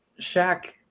Shaq